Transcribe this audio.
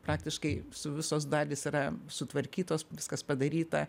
praktiškai su visos dalys yra sutvarkytos viskas padaryta